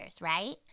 right